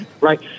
Right